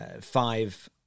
five